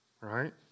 Right